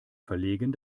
verlegen